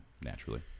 naturally